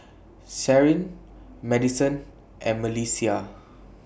Carin Madisen and Melissia